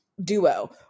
duo